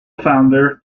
founder